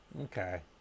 Okay